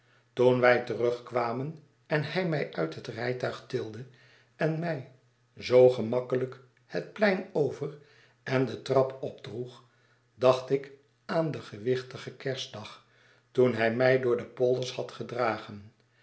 toen wij terugkwamen en hij mij uit het rijtuig tilde en mij zoo gemakkelijk hetplein over en de trap opdroeg dacht ik aan den gewichtigen kerstdag toen hij mij door de polders had gedragen